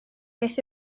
beth